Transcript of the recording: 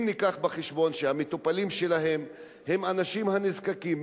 אם נביא בחשבון שהמטופלים שלהם הם האנשים הנזקקים,